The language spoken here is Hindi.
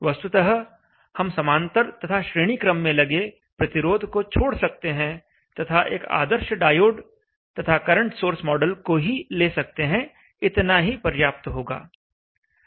वस्तुतः हम समांतर तथा श्रेणी क्रम में लगे प्रतिरोध को छोड़ सकते हैं तथा एक आदर्श डायोड तथा करंट सोर्स मॉडल को ही ले सकते हैं इतना ही पर्याप्त होगा